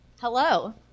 Hello